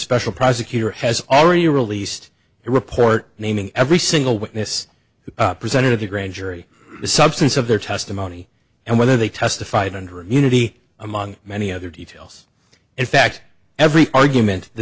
special prosecutor has already released a report naming every single witness who presented to the grand jury the substance of their testimony and whether they testified under immunity among many other details in fact every argument the